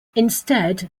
instead